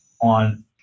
on